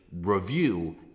review